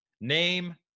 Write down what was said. name